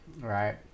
Right